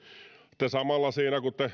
siinä kun te